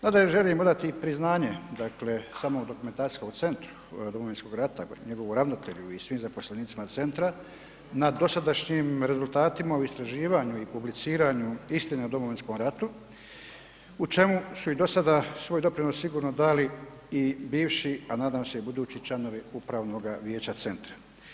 Nadalje, želim odati priznanje samom Dokumentacijskom centru Domovinskog rata njegovu ravnatelji i svim zaposlenicima centra na dosadašnjim rezultatima u istraživanju i publiciranju istina o Domovinskom ratu u čemu su i do sada svoj doprinos sigurno dali i bivši, a nadam se i budući članovi upravnoga vijeća centra.